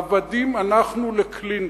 עבדים אנחנו לקלינטון.